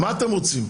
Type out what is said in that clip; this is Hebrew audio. מה אתם רוצים?